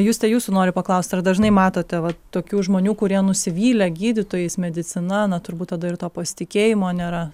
juste jūsų noriu paklaust ar dažnai matote vat tokių žmonių kurie nusivylę gydytojais medicina na turbūt tada ir to pasitikėjimo nėra